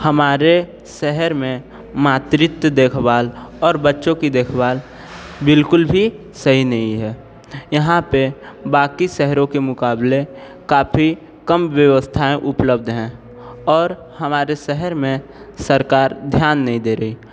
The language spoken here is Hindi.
हमारे शहर में मातृत्व देखभाल और बच्चों की देखभाल बिल्कुल भी सही नहीं है यहाँ पर बाक़ि शहरों के मुक़ाबले काफ़ी कम व्यवस्थाएँ उपलब्ध हैं और हमारे शहर में सरकार ध्यान नहीं दे रही